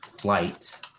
flight